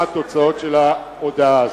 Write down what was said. מה התוצאות של ההודעה הזאת.